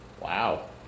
Wow